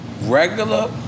Regular